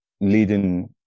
leading